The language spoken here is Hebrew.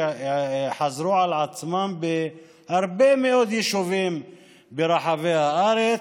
שחזרו על עצמם בהרבה מאוד יישובים ברחבי הארץ,